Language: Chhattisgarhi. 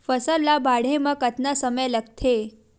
फसल ला बाढ़े मा कतना समय लगथे?